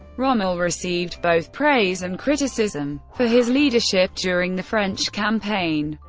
rommel received both praise and criticism for his leadership during the french campaign.